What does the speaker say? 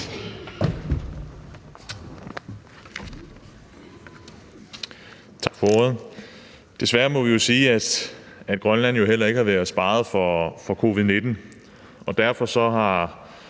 Tak for ordet. Desværre må vi sige, at Grønland jo heller ikke har været sparet for covid-19. Derfor er der